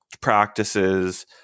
practices